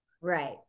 right